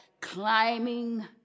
climbing